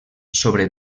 sobre